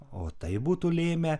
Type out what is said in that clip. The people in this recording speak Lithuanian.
o tai būtų lėmę